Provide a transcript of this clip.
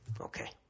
Okay